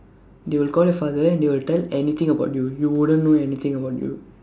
they will call your father and they will tell anything about you you wouldn't know anything about you